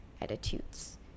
attitudes